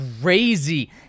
crazy